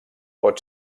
pot